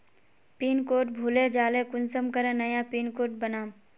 Pin code भूले जाले कुंसम करे नया पिन कोड बनाम?